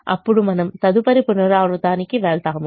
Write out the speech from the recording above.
అప్పుడు మనం తదుపరి పునరావృతానికి వెళ్తాము